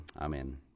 Amen